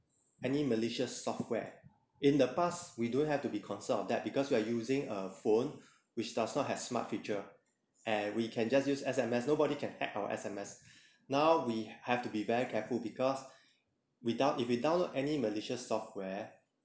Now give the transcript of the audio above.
any malicious software in the past we don't have to be concerned of that because we're using uh phone which does not have smart feature and we can just use S_M_S nobody can hack our S_M_S now we have to be very careful because we down~ if you download any malicious software